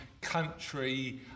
country